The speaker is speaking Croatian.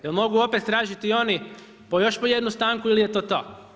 Jel' mogu opet tražiti oni još po jednu stanku ili je to to.